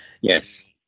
Yes